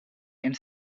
and